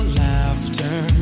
laughter